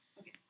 Okay